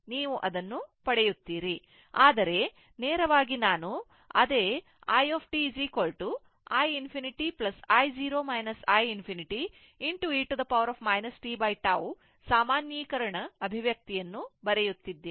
ನೀವು ಅದನ್ನು ಪಡೆಯುತ್ತೀರಿ ಆದರೆ ನೇರವಾಗಿ ನಾನು ಅದೇ i t i ∞ i 0 i ∞ e t 𝜏 ಸಾಮಾನ್ಯೀಕರಣ ಅಭಿವ್ಯಕ್ತಿಯನ್ನು ಬರೆಯುತ್ತಿದ್ದೇನೆ